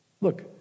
Look